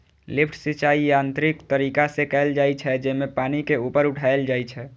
lift सिंचाइ यांत्रिक तरीका से कैल जाइ छै, जेमे पानि के ऊपर उठाएल जाइ छै